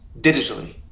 digitally